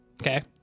Okay